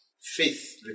Faith